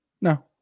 No